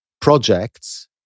projects